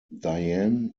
diane